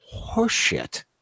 horseshit